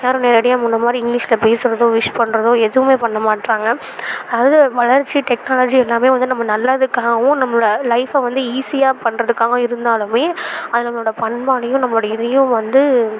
யாரும் நேரடியாக முன்னமாதிரி இங்கிலீஷில் பேசுகிறதோ விஷ் பண்ணுறதோ எதுவும் பண்ணமாட்டுறாங்க அதாவது வளர்ச்சி டெக்னாலஜி எல்லாம் வந்து நம்ம நல்லதுக்காகவும் நம்மளோடய லைஃப்பில் வந்து ஈஸியாக பண்ணுறதுக்காக இருந்தாலும் அது நம்மளோடய பண்பாட்டையும் நம்மளோடய இதையும் வந்து